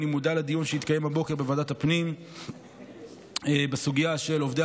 אני מודע לדיון שהתקיים הבוקר בוועדת הפנים בסוגיה של עובדי